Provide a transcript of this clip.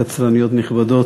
קצרניות נכבדות,